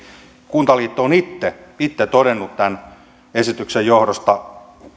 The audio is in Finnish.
kuntaliitto on itse todennut tämän esityksen johdosta